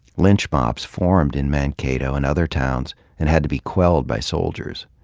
lynch mobs formed in mankato and other towns and had to be quelled by sold iers.